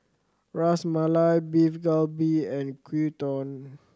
Ras Malai Beef Galbi and Gyudon